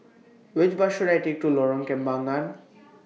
Which Bus should I Take to Lorong Kembangan